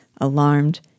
alarmed